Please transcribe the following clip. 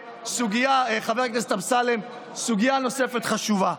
חבר הכנסת אמסלם, להתייחס לסוגיה נוספת חשובה.